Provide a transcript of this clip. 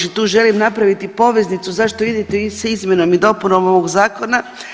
Tu želim napraviti poveznicu zašto idete sa izmjenom i dopunom ovog zakona.